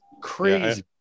Crazy